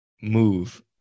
move